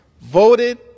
voted